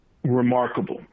Remarkable